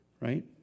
Right